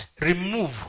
remove